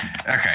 Okay